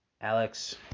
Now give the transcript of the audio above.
Alex